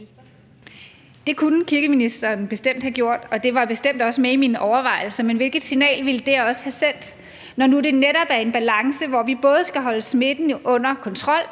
Det kunne kirkeministeren bestemt have gjort, og det var bestemt også med i mine overvejelser. Men hvilket signal ville det også have sendt, når det nu netop er en balance, hvor vi både skal holde smitten under kontrol,